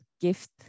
gift